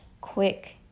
quick